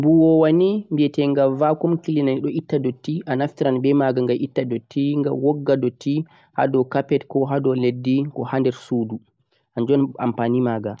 buwowa ni bhitedhu vacuum cleaner do itta dutti a naftirai beh magha gha itta dutti gha wogga dutti ha do carpet ko hado leddi ko ha der sudu kajhum on amfani magha